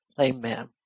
Amen